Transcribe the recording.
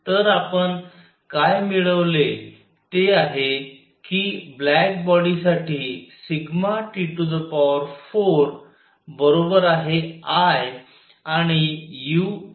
तर आपण काय मिळवले ते हे आहे की ब्लॅक बॉडीसाठी T4I आणि u संबंधित आहे